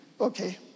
Okay